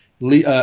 Lee